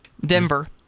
Denver